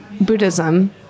Buddhism